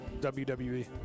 WWE